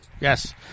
Yes